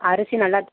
அரிசி நல்லா